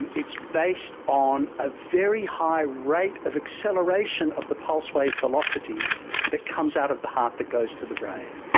and it's based on a very high rate of acceleration of the pulse wave velocity that comes out of the heart that goes to the brain.